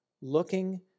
Looking